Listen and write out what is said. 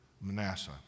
Manasseh